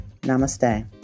Namaste